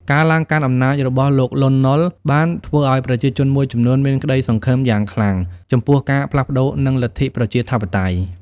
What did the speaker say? ការឡើងកាន់អំណាចរបស់លោក លន់ នល់ បានធ្វើឲ្យប្រជាជនមួយចំនួនមានក្តីសង្ឃឹមយ៉ាងខ្លាំងចំពោះការផ្លាស់ប្តូរនិងលទ្ធិប្រជាធិបតេយ្យ។